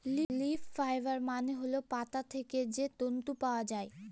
leaf fibre মানে হল পাতা থেকে যে তন্তু পাওয়া যায়